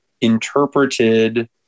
interpreted